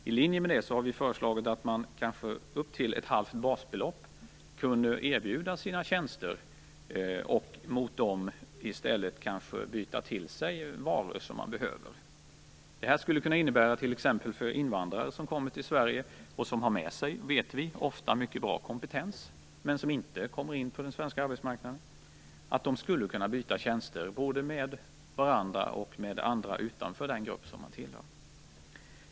I linje med det har vi föreslagit att man kanske upp till ett halvt basbelopp kan erbjuda sina tjänster och mot dem i stället byta till sig varor som man behöver. För t.ex. invandrare som kommer till Sverige och som vi vet ofta har med sig mycket bra kompetens men som inte kommer in på den svenska arbetsmarknaden, skulle det innebära att de kan byta tjänster, både med varandra och med andra utanför den grupp de tillhör.